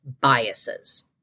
biases